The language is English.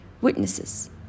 Witnesses